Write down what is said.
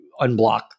unblock